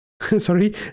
sorry